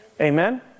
Amen